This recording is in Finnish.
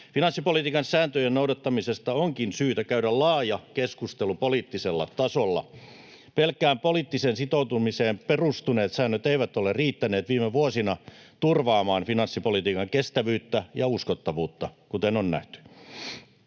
Finanssipolitiikan sääntöjen noudattamisesta onkin syytä käydä laaja keskustelu poliittisella tasolla. Pelkkään poliittiseen sitoutumiseen perustuneet säännöt eivät ole riittäneet viime vuosina turvaamaan finanssipolitiikan kestävyyttä ja uskottavuutta, kuten on nähty.